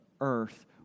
earth